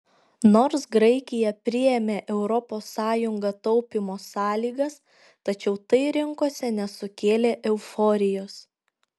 nors graikija priėmė europos sąjunga taupymo sąlygas tačiau tai rinkose nesukėlė euforijos